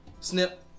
Snip